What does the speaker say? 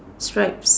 stripes